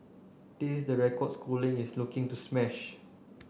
this is the record schooling is looking to smash